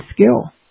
skill